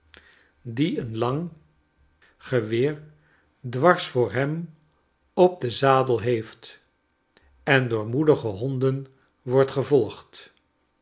die een lang geweer dwars voor hem op denzadelheeft en door moedige honden wordt gevolgd